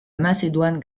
macédoine